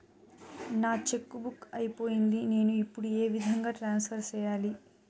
నా cheque book అయిపోయింది నేను ఇప్పుడు ఏ విధంగా ట్రాన్స్ఫర్ సేయాలి?